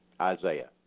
Isaiah